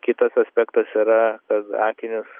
kitas aspektas yra akinius